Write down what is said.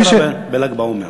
מה קרה בל"ג בעומר?